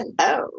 Hello